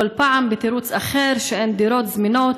כל פעם בתירוץ אחר: אין דירות זמינות,